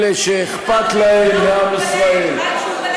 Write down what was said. אלה שאכפת להם מעם ישראל,